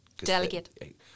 Delegate